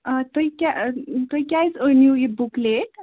تُہی کیاہ تُہۍ کیازِ أنِو یہِ بُک لیٹ